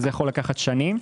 וזה יכול לקחת שנים.